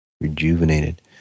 rejuvenated